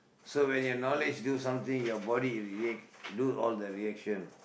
so when your knowledge do something your body will react do all the reaction